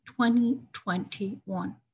2021